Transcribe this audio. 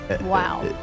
Wow